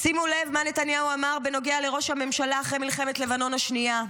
שימו לב מה נתניהו אמר בנוגע לראש הממשלה אחרי מלחמת לבנון השנייה: